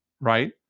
right